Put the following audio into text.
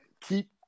Keep